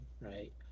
right